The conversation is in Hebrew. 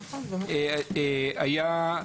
היה,